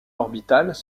orbitales